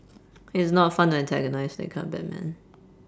it's not fun to antagonise that kind of batman